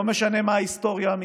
לא משנה מה ההיסטוריה המינית,